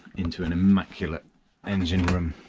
into an immaculate engine room,